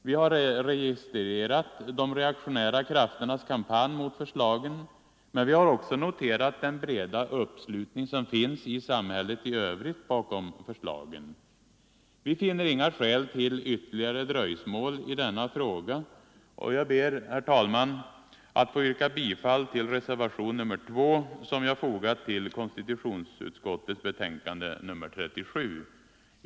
Vi har registrerat de reaktionära krafternas kampanj mot förslagen, men vi har också noterat den breda uppslutning som finns i samhället i övrigt bakom förslagen. Vi finner inga skäl till ytterligare dröjsmål i denna fråga, och jag ber, herr talman, att få yrka bifall till reservationen 2, som fogats till konstitutionsutskottets betänkande nr 37.